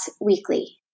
weekly